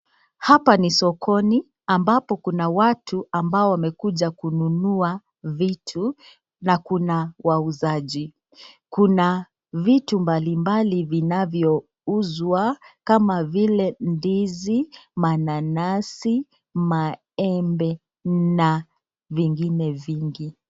Hapa ni sokoni ambapo kuna watu ambao wamekuja kununua vitu na kuna wauzaji. Kuna vitu mbalimbali vinavyouzwa kama vile ndizi, mananasi, maembe na vingine vingi.